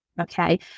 Okay